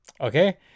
okay